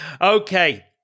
Okay